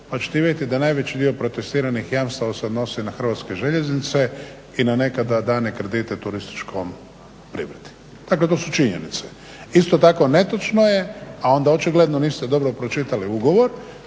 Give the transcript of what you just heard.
vidjeti da najveći dio protestiranih jamstava se odnosi na Hrvatske željeznice i na nekada dane kredite turističkoj privredi. Dakle, to su činjenice. Isto tako, netočno je, a onda očigledno niste dobro pročitali ugovor,